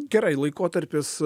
gerai laikotarpis